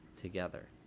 together